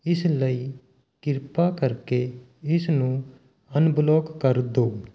ਇਸ ਲਈ ਕਿਰਪਾ ਕਰਕੇ ਇਸ ਨੂੰ ਅਨਬਲੋਕ ਕਰ ਦਿਓ